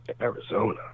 Arizona